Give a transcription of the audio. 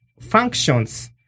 functions